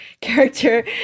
character